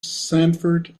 sanford